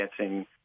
Dancing